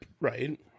right